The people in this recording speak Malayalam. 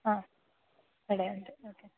ആ ഇവിടെയുണ്ട് ഓക്കെ